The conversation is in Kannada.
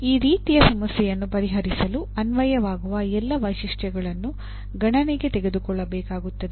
ಈ ರೀತಿಯ ಸಮಸ್ಯೆಯನ್ನು ಪರಿಹರಿಸಲು ಅನ್ವಯವಾಗುವ ಎಲ್ಲ ವೈಶಿಷ್ಟ್ಯಗಳನ್ನು ಗಣನೆಗೆ ತೆಗೆದುಕೊಳ್ಳಬೇಕಾಗುತ್ತದೆ